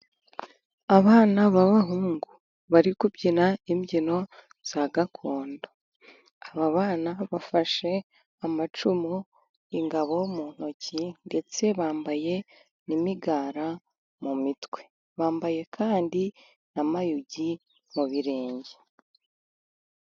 Abana b'abahungu bari kubyina imbyino za gakondo, aba bana bafashe amacumu ingabo mu ntoki ndetse bambaye n'imigara mu mitwe, bambaye kandi na mayugi mu birenge.